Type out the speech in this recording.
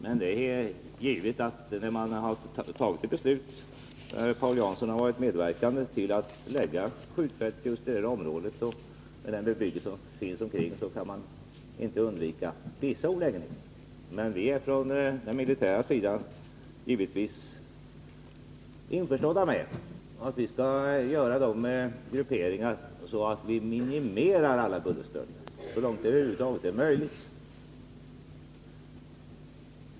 Men det är givet att när man har fattat ett sådant beslut — som Paul Jansson har medverkat till — och lagt skjutfältet just i detta område, så kan man inte undvika vissa olägenheter för den bebyggelse som finns omkring. Vi är från den militära sidan införstådda med att vi skall göra sådana grupperingar att vi minimerar alla bullerstörningar så långt det över huvud taget är möjligt.